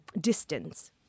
distance